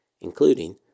including